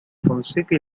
fonseca